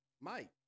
Mike